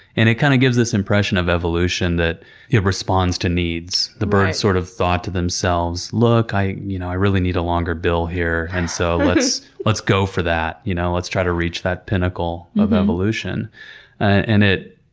and it kind of gives this impression of evolution that it responds to needs, like the bird, sort of, thought to themselves, look, i you know i really need a longer bill here, and so let's let's go for that. you know let's try to reach that pinnacle of evolution and